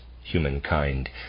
humankind